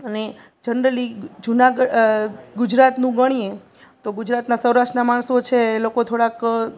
અને જનરલી ગુજરાતનું ગણીએ તો ગુજરાતનાં સૌરાષ્ટ્રના માણસો છે એ લોકો થોડાક